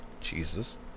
jesus